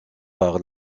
par